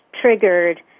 triggered